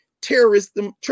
terrorism